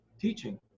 teaching